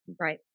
right